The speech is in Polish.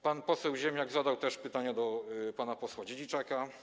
Pan poseł Ziemniak zadał też pytanie do pana posła Dziedziczaka.